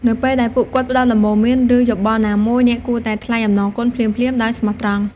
នៅពេលដែលពួកគាត់ផ្ដល់ដំបូន្មាន ឬយោបល់ណាមួយ អ្នកគួរតែថ្លែងអំណរគុណភ្លាមៗដោយស្មោះត្រង់។